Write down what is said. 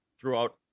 throughout